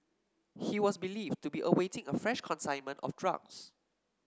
he was believed to be awaiting a fresh consignment of drugs